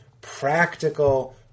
practical